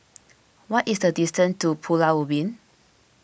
what is the distance to Pulau Ubin